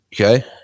okay